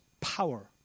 power